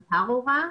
את הר אורה.